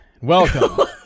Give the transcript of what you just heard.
Welcome